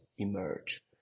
emerge